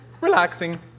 relaxing